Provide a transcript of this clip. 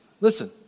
listen